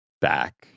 back